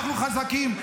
--- אנחנו חזקים.